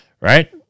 right